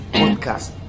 podcast